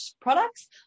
products